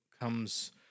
comes